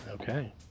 Okay